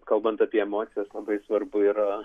kalbant apie emocijas labai svarbu yra